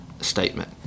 statement